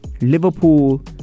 Liverpool